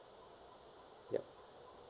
yup